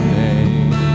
name